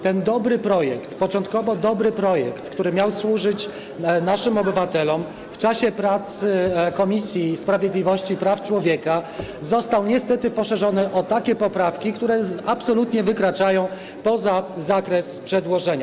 Ten początkowo dobry projekt, który miał służyć naszym obywatelom, w czasie prac Komisji Sprawiedliwości i Praw Człowieka został niestety rozszerzony o takie poprawki, które absolutnie wykraczają poza zakres przedłożenia.